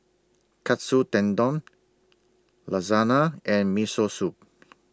Katsu Tendon Lasagna and Miso Soup